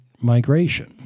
migration